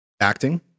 acting